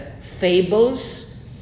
fables